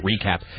recap